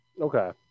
Okay